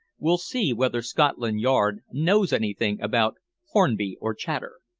we'll see whether scotland yard knows anything about hornby or chater.